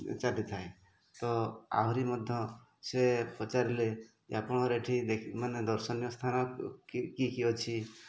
ଚାଲିଥାଏ ତ ଆହୁରି ମଧ୍ୟ ସେ ପଚାରିଲେ ଯେ ଆପଣଙ୍କର ଏଠି ଦେଖି ମାନେ ଦର୍ଶନୀୟ ସ୍ଥାନ କି କି ଅଛି